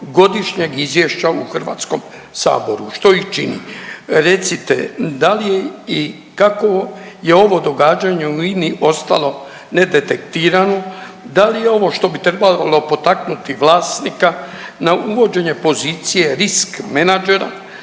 godišnjeg izvješća u Hrvatskom saboru što ih čini recite da li i kako je ovo događanje u INI ostalo nedetektirano, da li je ovo što bi trebalo potaknuti vlasnika na uvođenje pozicije risk menadžera